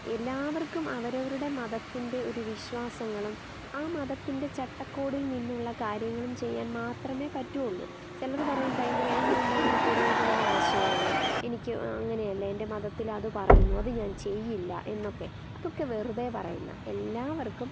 എല്ലാവർക്കും അവരവരുടെ മതത്തിൻ്റെ ഒരു വിശ്വാസങ്ങളും ആ മതത്തിൻ്റെ ചട്ടക്കൂടിൽ നിന്നുള്ള കാര്യങ്ങളും ചെയ്യാൻ മാത്രമേ പറ്റുവൊള്ളൂ ചിലർ പറയും ഭയങ്കരാ ഞാൻ ഭയങ്കര പുരോഗമന ആശയാണ് എനിക്ക് അങ്ങനെയല്ല എൻ്റെ മതത്തിലത് പറയുന്നു അത് ഞാൻ ചെയ്യില്ല എന്നൊക്കെ അതൊക്കെ വെറുതെ പറയുന്നതാ എല്ലാവർക്കും